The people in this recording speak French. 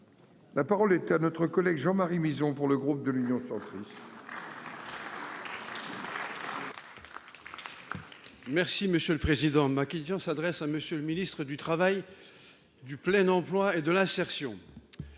La parole est à notre collègue daphné Ract-Madoux pour le groupe de l'Union centriste.